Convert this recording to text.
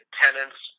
tenants